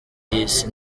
y’isi